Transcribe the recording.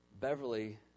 Beverly